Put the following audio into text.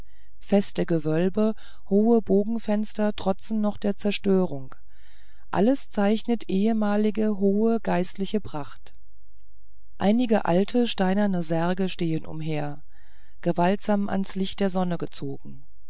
feste gewölbe hohe bogenfenster trotzen noch der zerstörung alles bezeichnet ehemalige hohe geistliche pracht einige alte steinerne särge stehen umher gewaltsam ans licht der sonne gezogen